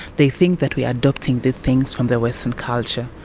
they think that we are adopting the things from the western culture.